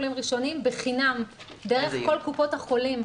ראשונים בחינם דרך כל קופות החולים.